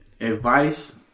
advice